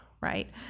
right